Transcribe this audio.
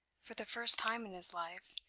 for the first time in his life,